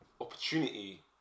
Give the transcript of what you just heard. opportunity